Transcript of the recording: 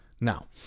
Now